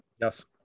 Yes